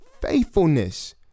faithfulness